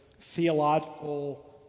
theological